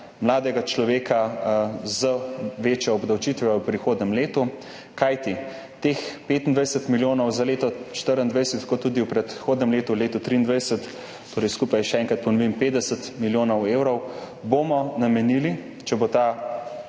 mladega človeka z večjo obdavčitvijo v prihodnjem letu. Kajti teh 25 milijonov za leto 2024 – kot tudi v predhodnem letu, v letu 2023, torej skupaj, še enkrat ponovim, 50 milijonov evrov – bomo namenili, če bo ta